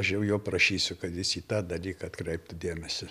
aš jau jo prašysiu kad jis į tą dalyką atkreiptų dėmesį